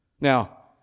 Now